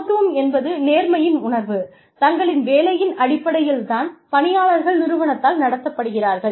சமத்துவம் என்பது நேர்மையின் உணர்வு தங்களின் வேலையின் அடிப்படையில் தான் பணியாளர்கள் நிறுவனத்தால் நடத்தப்படுகிறார்கள்